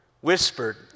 Whispered